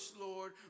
Lord